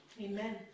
Amen